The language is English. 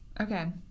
Okay